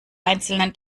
einzelnen